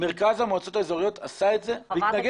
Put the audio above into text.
מרכז המועצות האזוריות עשה את זה והתנגד